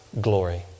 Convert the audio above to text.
glory